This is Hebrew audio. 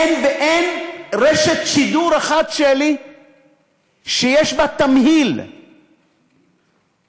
אין רשת שידור אחת שיש בה תמהיל אמיתי,